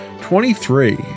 Twenty-three